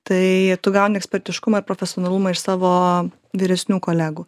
tai tu gauni ekspertiškumą ir profesionalumą iš savo vyresnių kolegų